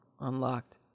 unlocked